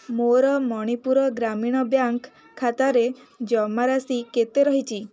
ମୋର ମଣିପୁର ଗ୍ରାମୀଣ ବ୍ୟାଙ୍କ୍ ଖାତାରେ ଜମାରାଶି କେତେ ରହିଛି